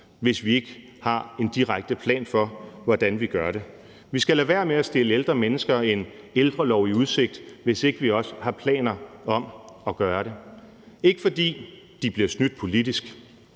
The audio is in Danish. hvis vi ikke har en direkte plan for, hvordan vi får det. Vi skal lade være med at stille ældre mennesker en ældrelov i udsigt, hvis vi ikke også har planer om det. Det er ikke, fordi de bliver snydt politisk,